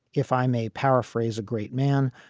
if i may paraphrase a great man.